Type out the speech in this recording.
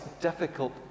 difficult